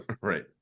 Right